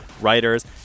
writers